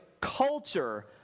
culture